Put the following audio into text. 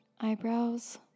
eyebrows